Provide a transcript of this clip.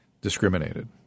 discriminated